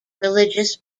religious